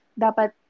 dapat